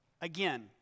again